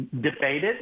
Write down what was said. debated